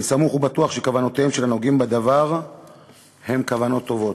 אני סמוך ובטוח שכוונותיהם של הנוגעים בדבר הן כוונות טובות.